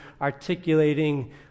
articulating